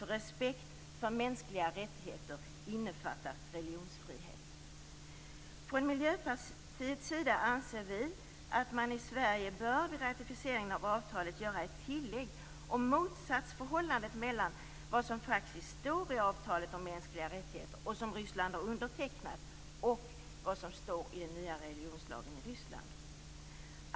Respekt för mänskliga rättigheter innefattar religionsfrihet. I Miljöpartiet anser vi att man i Sverige vid ratificeringen av avtalet bör göra ett tillägg om det motsatsförhållande som finns mellan vad som faktiskt står i avtalet om mänskliga rättigheter, som ju Ryssland har undertecknat, och vad som står i den nya religionslagen i Ryssland.